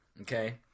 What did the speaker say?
Okay